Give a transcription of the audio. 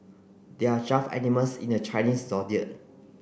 there are twelve animals in the Chinese Zodiac